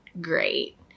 great